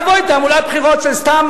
לבוא עם תעמולת בחירות של סתם,